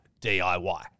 DIY